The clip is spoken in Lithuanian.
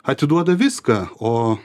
atiduoda viską o